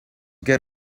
get